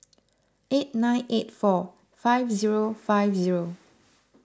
eight nine eight four five zero five zero